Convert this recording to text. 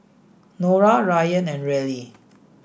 Norah Ryann and Reilly